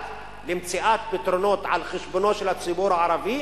למציאת פתרונות על חשבונו של הציבור הערבי